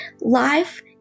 Life